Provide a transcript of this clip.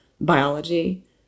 biology